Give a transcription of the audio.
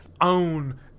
own